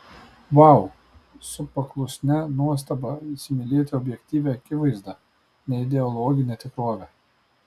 vau su paklusnia nuostaba įsimylėti objektyvią akivaizdą neideologinę tikrovę